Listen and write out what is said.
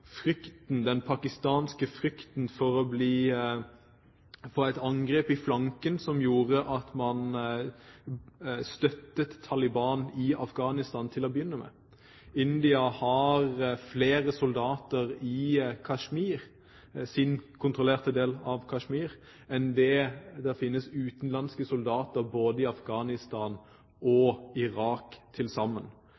frykten – den pakistanske frykten – for å få et angrep i flanken som gjorde at man støttet Taliban i Afghanistan til å begynne med. India har flere soldater i indiskkontrollert Kashmir, enn det som finnes av utenlandske soldater, både i Afghanistan og